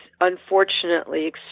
unfortunately